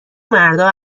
مردها